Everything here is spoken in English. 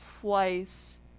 twice